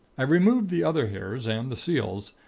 i removed the other hairs, and the seals.